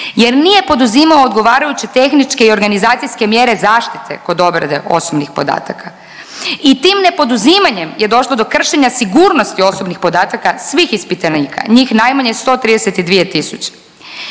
Jer nije poduzimao odgovarajuće tehničke i organizacijske mjere zaštite kod obrade osobnih podataka i tim nepoduzimanjem je došlo do kršenja sigurnosti osobnih podataka svih ispitanika, njih najmanje 132 tisuće.